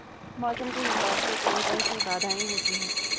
मौसम के हिसाब से कौन कौन सी बाधाएं होती हैं?